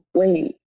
wait